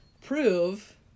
prove